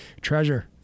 treasure